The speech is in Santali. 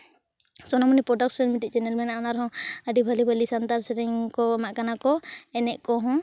ᱥᱳᱱᱟᱢᱚᱱᱤ ᱯᱨᱳᱰᱟᱠᱥᱚᱱ ᱢᱤᱫᱴᱮᱡ ᱪᱮᱱᱮᱞ ᱢᱮᱱᱟᱜᱼᱟ ᱚᱱᱟ ᱨᱮᱦᱚᱸ ᱟᱹᱰᱤ ᱵᱷᱟᱞᱮ ᱵᱷᱟᱞᱮ ᱥᱟᱱᱛᱟᱲ ᱥᱮᱨᱮᱧ ᱠᱚ ᱮᱢᱟᱜ ᱠᱟᱱᱟ ᱠᱚ ᱮᱱᱮᱡ ᱠᱚᱦᱚᱸ